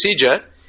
procedure